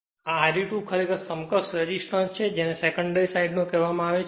આ Re2 ખરેખર સમકક્ષ રેસિસ્ટન્સ છે જેને સેકન્ડરી સાઈડનો કહેવામા આવે છે